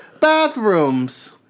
bathrooms